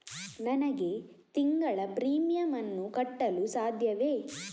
ನನಗೆ ತಿಂಗಳ ಪ್ರೀಮಿಯಮ್ ಅನ್ನು ಕಟ್ಟಲು ಸಾಧ್ಯವೇ?